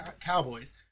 Cowboys